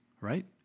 right